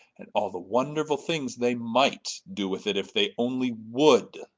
and all the wonderful things they might do with it if they only would.